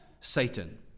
Satan